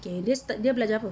okay dia start dia belajar apa